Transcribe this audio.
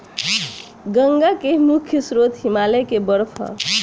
गंगा के मुख्य स्रोत हिमालय के बर्फ ह